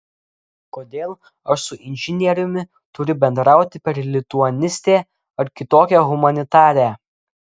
kodėl aš su inžinieriumi turiu bendrauti per lituanistę ar kitokią humanitarę